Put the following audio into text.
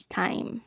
time